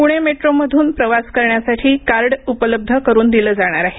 पुणे मेट्रोमधून प्रवास करण्यासाठी कार्ड उपलब्ध करून दिलं जाणार आहे